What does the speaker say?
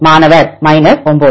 மாணவர் 9